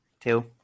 two